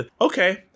okay